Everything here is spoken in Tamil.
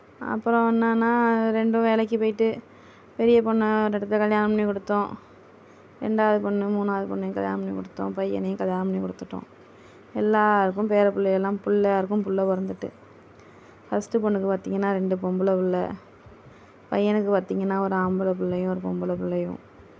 அப்புறம் என்னென்னால் ரெண்டும் வேலைக்கு போயிட்டு பெரிய பெண்ணை ஒரு இடத்துல கல்யாணம் பண்ணி கொடுத்தோம் ரெண்டாவது பெண்ணு மூணாவது பெண்ணையும் கல்யாணம் பண்ணி கொடுத்தோம் பையனையும் கல்யாணம் பண்ணி கொடுத்துட்டோம் எல்லாருக்கும் பேர பிள்ளைகள்லாம் பிள்ள எல்லாருக்கும் பிள்ள பிறந்துட்டு ஃபஸ்ட்டு பெண்ணுக்கு பார்த்திங்கன்னா ரெண்டு பொம்பளை பிள்ள பையனுக்கு பார்த்திங்கன்னா ஒரு ஆம்பளை பிள்ளையும் ஒரு பொம்பளை பிள்ளையும்